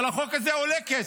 אבל החוק הזה עולה כסף,